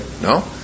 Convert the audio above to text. No